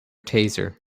taser